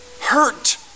hurt